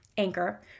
anchor